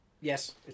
Yes